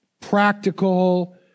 practical